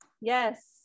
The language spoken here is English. Yes